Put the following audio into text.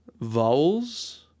vowels